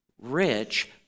rich